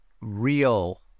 real